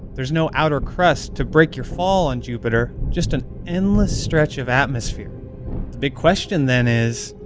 there's no outer crust to break your fall on jupiter, just an endless stretch of atmosphere. the big question then is,